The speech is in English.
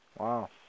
Wow